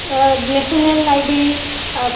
national library